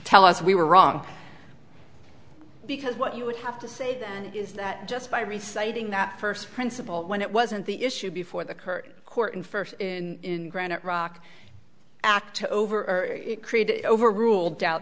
tell us we were wrong because what you would have to say then is that just by reciting that first principle when it wasn't the issue before the current court and first in granite rock act over it created over ruled ou